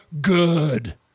good